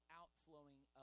outflowing